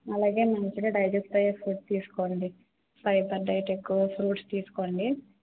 అలాగే మంచిగా డైజెస్ట్ అయ్యే ఫుడ్ తీసుకోండి ఫైబర్ డైట్ ఎక్కువ ఫ్రూట్స్ తీసుకోండి